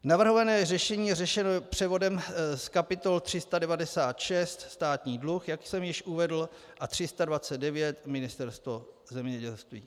Navrhované řešení je řešeno převodem z kapitol 396 Státní dluh, jak jsem již uvedl, a 329 Ministerstvo zemědělství.